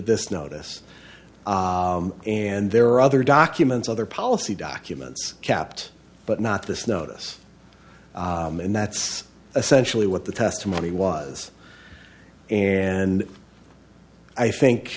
this notice and there are other documents other policy documents kept but not this notice and that's essentially what the testimony was and i think